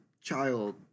child